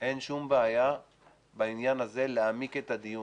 אין שום בעיה בעניין הזה להעמיק את הדיון,